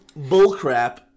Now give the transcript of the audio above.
bullcrap